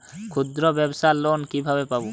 ক্ষুদ্রব্যাবসার লোন কিভাবে পাব?